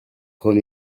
con